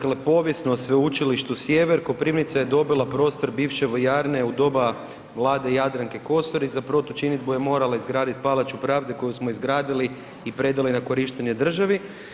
Dakle, povijesno Sveučilištu Sjever Koprivnica je dobila prostor bivše vojarne u doba Vlade Jadranke Kosor i za protučinidbu je morala izgraditi Palaču pravde koju smo izgradili i predali na korištenje državi.